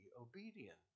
obedient